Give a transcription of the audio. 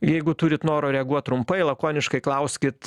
jeigu turit noro reaguot trumpai lakoniškai klauskit